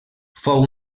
fou